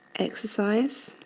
exercise,